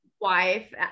wife